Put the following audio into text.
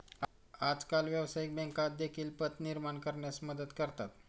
आजकाल व्यवसायिक बँका देखील पत निर्माण करण्यास मदत करतात